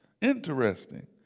Interesting